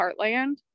Heartland